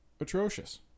atrocious